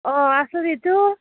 অ' আছোঁ